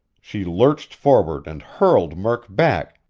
she lurched forward and hurled murk back,